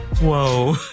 Whoa